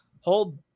hold